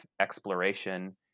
exploration